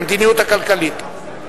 המדיניות הכלכלית.